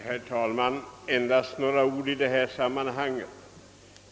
Herr talman! Endast några ord!